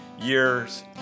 Years